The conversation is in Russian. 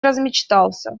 размечтался